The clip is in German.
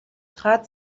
trat